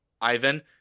Ivan